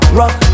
rock